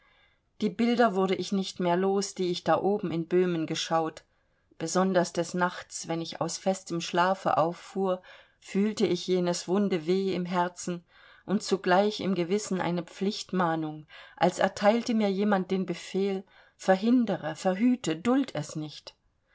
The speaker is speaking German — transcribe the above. die bilder wurde ich nicht mehr los die ich da oben in böhmen geschaut besonders des nachts wenn ich aus festem schlafe auffuhr fühlte ich jenes wunde weh im herzen und zugleich im gewissen eine pflichtmahnung als erteilte mir jemand den befehl verhindere verhüte duld es nicht